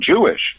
Jewish